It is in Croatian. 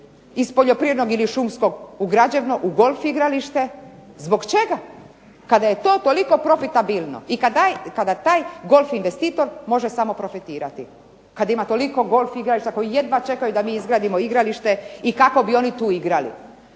iz poljoprivrednog ili šumskog u građevno, u golf igralište? Zbog čega? Kada je to toliko profitabilno i kada taj golf investitor može samo profitirati. Kada ima toliko golf igrališta koji jedva čekaju da mi izgradimo igralište i kako bi oni tu igrali.